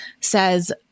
says